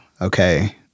okay